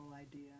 idea